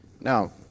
Now